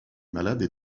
malades